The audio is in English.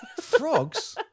Frogs